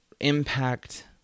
impact